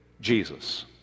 Jesus